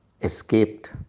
escaped